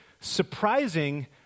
surprising